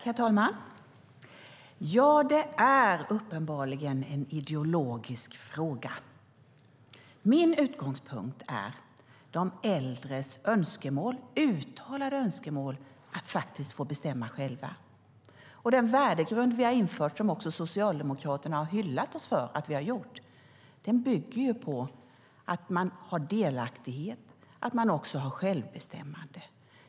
Herr talman! Ja, detta är uppenbarligen en ideologisk fråga. Min utgångspunkt är de äldres uttalade önskemål att få bestämma själva. Den värdegrund vi har infört, vilket Socialdemokraterna har hyllat oss för att vi har gjort, bygger på att man har delaktighet och även självbestämmande.